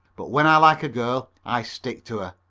but when i like a girl i stick to her.